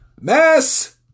Mass